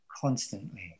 constantly